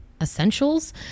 essentials